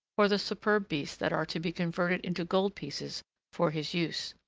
or the superb beasts that are to be converted into gold pieces for his use.